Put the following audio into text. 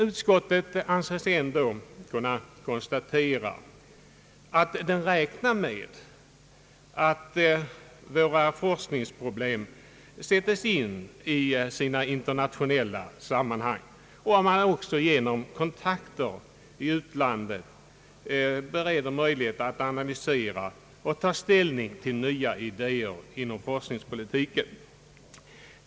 Utskottet anser sig ändå kunna konstatera, att det kan räkna med att våra forskningsproblem sätts in i sina internationella sammanhang och att man också genom kontakter med utlandet bereder möjlighet att analysera och ta ställning till nya idéer inom forskningspolitiken.